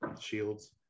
shields